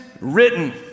written